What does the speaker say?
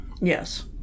Yes